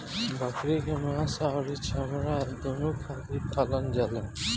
बकरी के मांस अउरी चमड़ा दूनो खातिर पालल जाला